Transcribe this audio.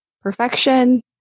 perfection